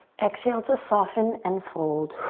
exhale to soften and fold.